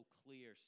clear